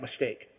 mistake